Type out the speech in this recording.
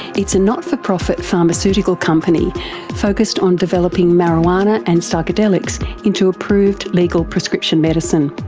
it's a not-for-profit pharmaceutical company focussed on developing marijuana and psychedelics into approved legal prescription medicine.